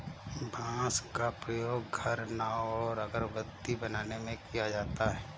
बांस का प्रयोग घर, नाव और अगरबत्ती बनाने में किया जाता है